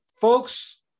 folks